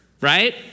right